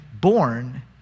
born